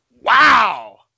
Wow